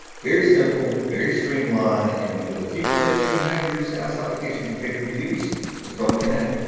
very simple, very streamlined, and with a few clicks, you have your saas application configured for use in starling connect.